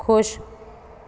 ਖੁਸ਼